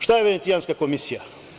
Šta je Venecijanska komisija?